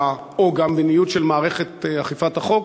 או גם במדיניות של מערכת אכיפת החוק,